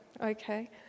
Okay